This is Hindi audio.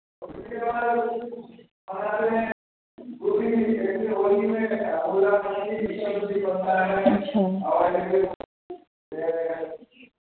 अच्छा